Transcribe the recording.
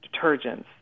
detergents